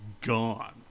gone